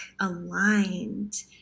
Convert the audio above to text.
aligned